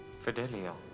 Fidelio